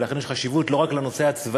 ולכן יש חשיבות לא רק לנושא הצבאי,